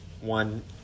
one